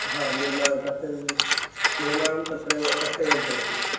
हा निर्माण तस्य निर्माणं तत्रैव तस्यैव भवति